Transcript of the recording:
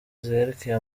zerekeye